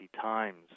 times